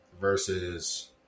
versus